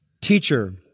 teacher